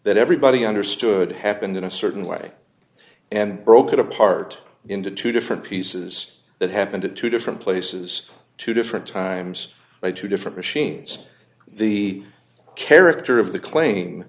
that everybody understood happened in a certain way and broke it apart into two different pieces that happened at two different places two different times by two different machines the character of the